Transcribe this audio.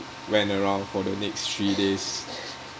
went around for the next three days